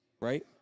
right